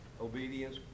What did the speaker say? Obedience